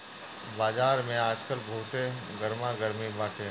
बाजार में आजकल बहुते गरमा गरमी बाटे